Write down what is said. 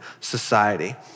society